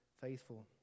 faithful